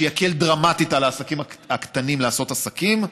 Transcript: שיקל דרמטית על העסקים הקטנים לעשות עסקים,